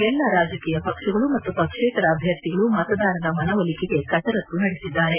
ಎಲ್ಲ ರಾಜಕೀಯ ಪಕ್ಷಗಳು ಮತ್ತು ಪಕ್ಷೇತರ ಅಭ್ಕರ್ಥಿಗಳು ಮತದಾರರ ಮನವೊಲಿಕೆಗೆ ಕಸರತ್ತು ನಡೆಸಿದ್ದಾರೆ